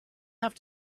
have